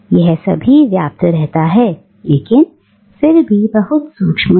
यह सभी व्याप्त रहता है लेकिन फिर भी बहुत सूक्ष्म है